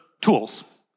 tools